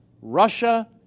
Russia